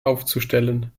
aufzustellen